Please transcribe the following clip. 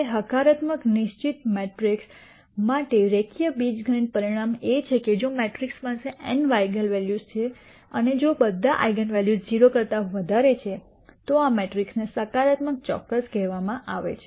હવે હકારાત્મક નિશ્ચિત મેટ્રિક્સ માટે રેખીય બીજગણિત પરિણામ એ છે કે જો આ મેટ્રિક્સ પાસે n આઇગન વૅલ્યુઝ છે અને જો આ બધા આઇગન વૅલ્યુઝ 0 કરતા વધારે છે તો આ મેટ્રિક્સને સકારાત્મક ચોક્કસ કહેવામાં આવે છે